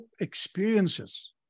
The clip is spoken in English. experiences